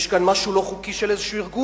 יש כאן משהו לא חוקי של איזה ארגון?